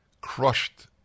crushed